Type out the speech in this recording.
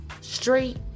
straight